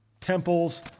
Temples